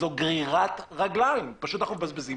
זהו גרירת רגליים ואנחנו מבזבזים זמן.